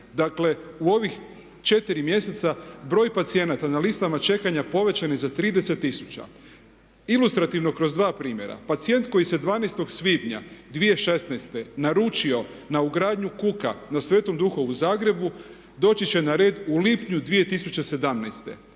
Dakle u ovih 4 mjeseca broj pacijenata na listama čekanja povećan je za 30 tisuća. Ilustrativno kroz dva primjera, pacijent koji se 12.svibnja 2016.naručio na ugradnju kuka na Svetom duhu u Zagrebu doći će na red u lipnju 2017.,